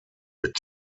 mit